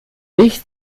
nicht